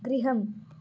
गृहम्